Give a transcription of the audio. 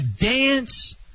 dance